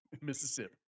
Mississippi